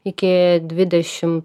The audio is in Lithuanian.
iki dvidešimt